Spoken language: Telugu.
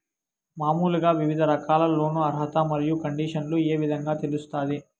మామూలుగా వివిధ రకాల లోను అర్హత మరియు కండిషన్లు ఏ విధంగా తెలుస్తాది?